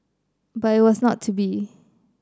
but it was not to be